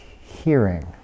hearing